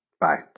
Bye